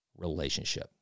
relationship